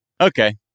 Okay